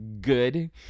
good